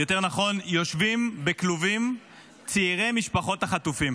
יותר נכון יושבים בכלובים צעירי משפחות החטופים,